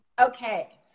okay